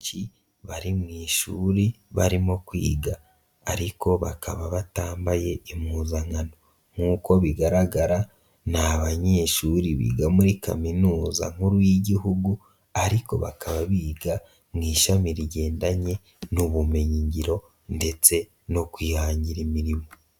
Benshi bari mu ishuri barimo kwiga ariko bakaba batambaye impuzankano, nkuko bigaragara ni abanyeshuri biga muri Kaminuza nkuru y'Igihugu ariko bakaba biga mu ishami rigendanye n'ubumenyingiro ndetse no kwihangira imirimo.